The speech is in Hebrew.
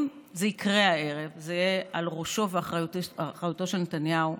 אם זה יקרה הערב זה על ראשו ואחריותו של נתניהו,